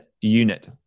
unit